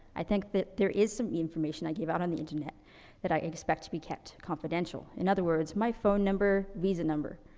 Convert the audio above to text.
i think that there is some information i give out on the internet that i expect to be kept confidential. in other words, my phone number, visa number.